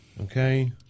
Okay